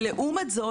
לעומת זאת,